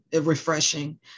refreshing